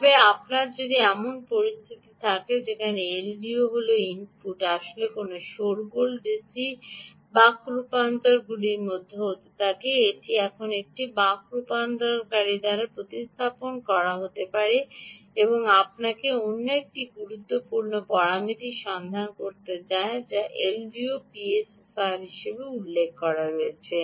তবে আপনার যদি এমন পরিস্থিতিতেও থাকে যেখানে এলডিও হল ইনপুটটি আসলে কোনও শোরগোল ডিসি বক রূপান্তরকারী থেকে আসে এটি এখন একটি বাক রূপান্তরকারী দ্বারা প্রতিস্থাপন করা হবে আপনাকে অন্য একটি গুরুত্বপূর্ণ পরামিতি সন্ধান করতে হবে যা এলডিওর পিএসএসআর হিসাবে উল্লেখ করা হয়েছে